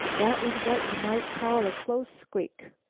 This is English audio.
that was what you might call a close squeak.